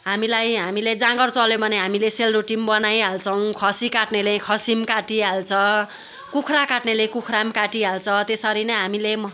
हामीलाई हामीले जाँगर चल्यो भने सेलरोटी पनि बनाइ हाल्छौँ खसी काट्नेले खसी पनि काटिहाल्छ खुखुरा काट्नेले कुखुराम काटिहाल्छ त्यसरी नै हामीले